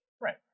Right